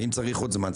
ואם צריך עוד זמן,